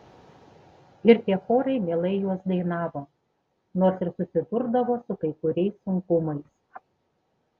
ir tie chorai mielai juos dainavo nors ir susidurdavo su kai kuriais sunkumais